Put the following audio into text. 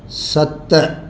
सत